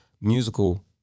musical